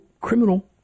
criminal